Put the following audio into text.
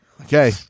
Okay